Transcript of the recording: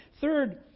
Third